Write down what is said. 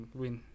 win